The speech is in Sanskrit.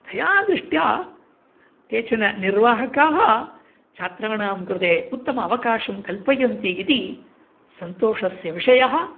तया दृष्ट्या केचन निर्वाहकाः छात्राणां कृते उत्तम अवकाशान् कल्पयन्ति इति सन्तोषस्य विषयः